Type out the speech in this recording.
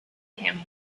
him